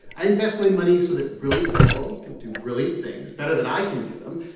i invest my money so that brilliant people can do brilliant things better than i can do them.